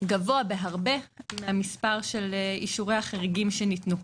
גבוה בהרבה מהמספר של אישורי החריגים שניתנו.